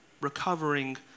recovering